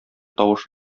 тавышы